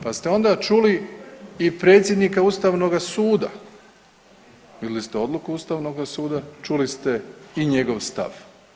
Pa ste onda čuli i predsjednika ustavnoga suda, vidjeli ste odluku ustavnoga suda, čuli ste i njegov stav.